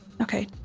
Okay